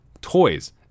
toys